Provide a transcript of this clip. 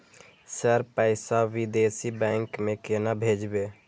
Sir पैसा विदेशी bank में केना भेजबे?